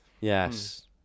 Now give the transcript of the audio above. yes